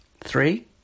Three